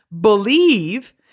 believe